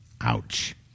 Ouch